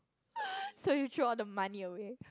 so you threw all the money away